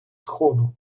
сходу